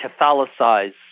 Catholicize